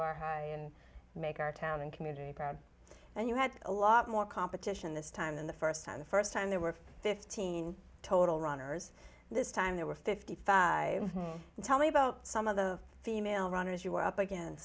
bar high and make our town and community proud and you had a lot more competition this time than the first time the first time there were fifteen total runners this time there were fifty five and tell me about some of the female runners you